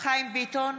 חיים ביטון,